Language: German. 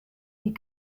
die